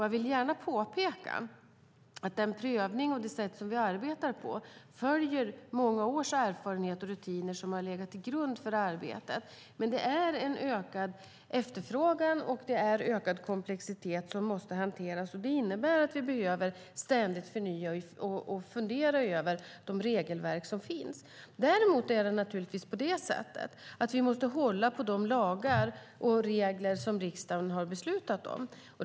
Jag vill gärna påpeka att den prövning och det sätt som vi arbetar på följer många års erfarenhet och rutiner som har legat till grund för arbetet. Men ökad efterfrågan och ökad komplexitet måste hanteras. Det innebär att vi ständigt behöver förnya och fundera över de regelverk som finns. Däremot måste vi hålla på lagar och regler som riksdagen har beslutat om.